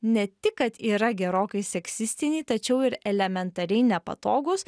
ne tik kad yra gerokai seksistiniai tačiau ir elementariai nepatogūs